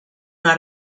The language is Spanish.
una